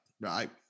right